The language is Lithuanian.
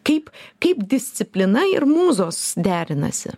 kaip kaip disciplina ir mūzos derinasi